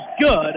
good